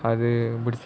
other